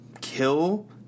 kill